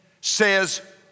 says